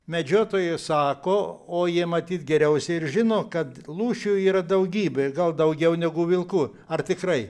medžiotojai sako o jie matyt geriausiai ir žino kad lūšių yra daugybė gal daugiau negu vilkų ar tikrai